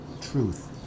truth